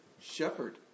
shepherd